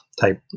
type